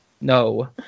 No